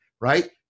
right